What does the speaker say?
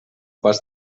pas